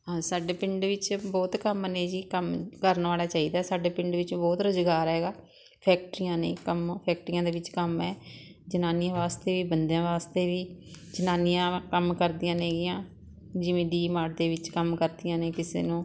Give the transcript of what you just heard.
ਹਾਂ ਸਾਡੇ ਪਿੰਡ ਵਿੱਚ ਬਹੁਤ ਕੰਮ ਨੇ ਜੀ ਕੰਮ ਕਰਨ ਵਾਲਾ ਚਾਹੀਦਾ ਸਾਡੇ ਪਿੰਡ ਵਿੱਚ ਬਹੁਤ ਰੁਜ਼ਗਾਰ ਹੈਗਾ ਫੈਕਟਰੀਆਂ ਨੇ ਕੰਮ ਫੈਕਟਰੀਆਂ ਦੇ ਵਿੱਚ ਕੰਮ ਹੈ ਜਨਾਨੀਆਂ ਵਾਸਤੇ ਬੰਦਿਆਂ ਵਾਸਤੇ ਵੀ ਜਨਾਨੀਆਂ ਕੰਮ ਕਰਦੀਆਂ ਨੇ ਗੀਆਂ ਜਿਵੇਂ ਡੀਮਾਰਟ ਦੇ ਵਿੱਚ ਕੰਮ ਕਰਦੀਆਂ ਨੇ ਕਿਸੇ ਨੂੰ